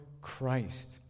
Christ